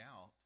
out